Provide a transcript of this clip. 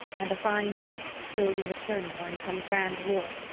and the fine knights, killed in the tourney or in some grand war,